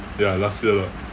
ya last year lah